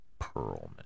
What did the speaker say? Perlman